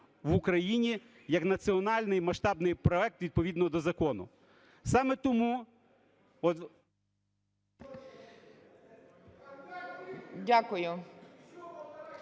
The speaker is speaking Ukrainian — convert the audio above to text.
в Україні як національний масштабний проект відповідно до закону. Саме тому… Веде